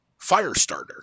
Firestarter